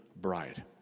bride